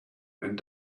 and